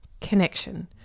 connection